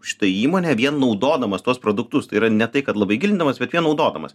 šitą įmonę vien naudodamas tuos produktus tai yra ne tai kad labai gilindamas bet ją naudodamas